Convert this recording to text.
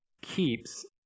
keeps